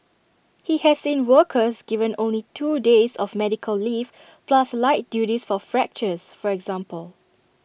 he has seen workers given only two days of medical leave plus light duties for fractures for example